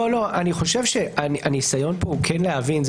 לא, אני חושב שהניסיון פה הוא כן להבין.